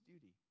duty